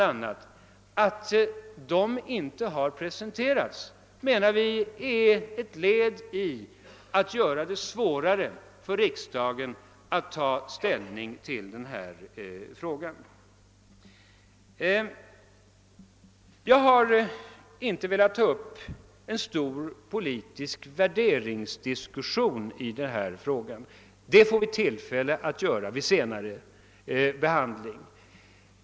Att de inte har presenterats är enligt vår mening ett försök att göra det svårare för riksdagen att ta ställning i denna fråga. Jag har inte velat ta upp en stor politisk värderingsdiskussion i detta sammanhang; det får vi tillfälle att göra vid skattefrågans senare behandling.